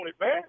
man